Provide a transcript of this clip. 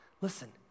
Listen